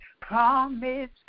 promise